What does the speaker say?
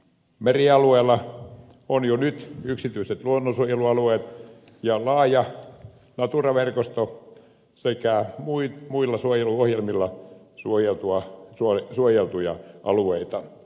merialueella on jo nyt yksityiset luonnonsuojelualueet ja laaja natura verkosto sekä muilla suojeluohjelmilla suojeltuja alueita